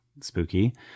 Spooky